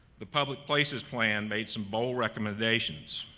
the public places plan made some bold recommendations,